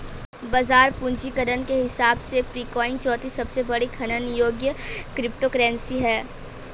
बाजार पूंजीकरण के हिसाब से पीरकॉइन चौथी सबसे बड़ी खनन योग्य क्रिप्टोकरेंसी है